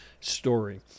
story